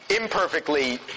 imperfectly